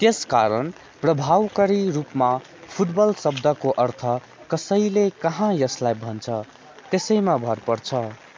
त्यस कारण प्रभावकारी रूपमा फुट बल शब्दको अर्थ कसैले कहाँ यसलाई भन्छ त्यसैमा भर पर्छ